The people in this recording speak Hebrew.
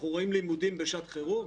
אנחנו רואים לימודים בשעת חירום?